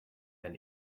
then